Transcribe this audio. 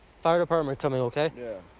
fire department coming, ok? yeah.